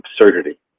absurdity